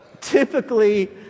Typically